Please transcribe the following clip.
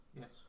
Yes